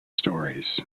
stories